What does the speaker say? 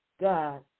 God